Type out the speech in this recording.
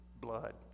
blood